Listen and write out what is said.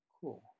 Cool